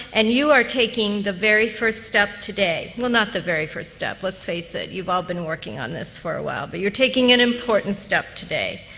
and you are taking the very first step today. well, not the very first step, let's face it. you've all been working on this for a while. but you're taking an important step today.